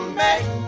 make